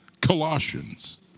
Colossians